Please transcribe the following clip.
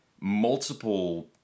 multiple